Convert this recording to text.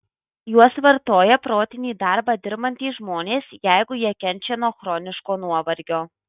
juos vartoja protinį darbą dirbantys žmonės jeigu jie kenčia nuo chroniško nuovargio